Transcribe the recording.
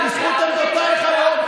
ובזכות עמדותייך היום,